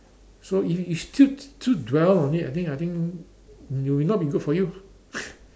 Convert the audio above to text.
so if if still still dwell on it I think I think it will not be good for you